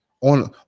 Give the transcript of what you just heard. on